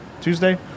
Tuesday